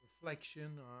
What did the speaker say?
reflection